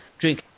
Drink